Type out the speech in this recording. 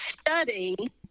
study